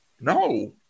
No